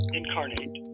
incarnate